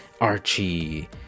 Archie